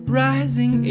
rising